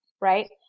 right